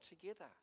together